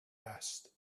asked